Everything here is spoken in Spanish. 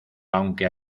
aunque